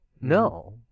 no